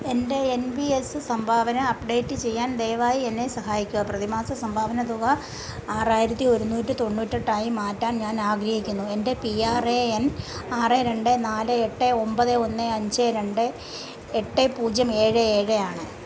എന്റെ N P S സംഭാവന update ചെയ്യാൻ ദയവായി എന്നെ സഹായിക്കുക പ്രതിമാസ സംഭാവനത്തുക ആറായിരത്തി ഒരുന്നൂറ്റി തൊണ്ണൂറ്റി എട്ടായി മാറ്റാൻ ഞാനാഗ്രഹിക്കുന്നു എന്റെ പീ ആർ എ എൻ ആറ് രണ്ട് നാല് എട്ട് ഒൻപത് ഒന്ന് അഞ്ച് രണ്ട് എട്ട് പൂജ്യം ഏഴ് ഏഴ് ആണ്